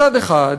מצד אחד